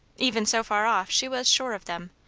even so far off she was sure of them,